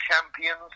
champions